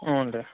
ಹ್ಞೂ ರೀ